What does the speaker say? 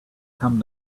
come